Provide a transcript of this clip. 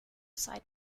side